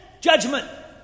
Judgment